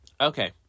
Okay